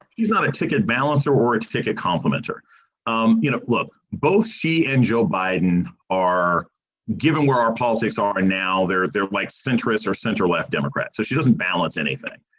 he's not a ticket balancer or to take a compliment or um you know, look, both she and joe biden are given where our politics um are now. they're they're like centrist or center left democrat. so she doesn't balance anything.